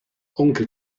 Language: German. onkel